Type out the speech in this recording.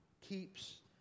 keeps